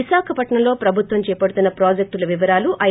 విశాఖపట్సంలో ప్రభుత్వం చేపడుతున్న ప్రొజెక్టుల వివరాలు ఐ